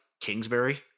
Kingsbury